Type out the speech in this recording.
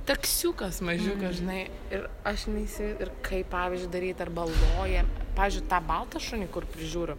taksiukas mažiukas žinai ir aš neįsi ir kaip pavyzdžiui daryt arba loja pavyzdžiui tą baltą šunį kur prižiūriu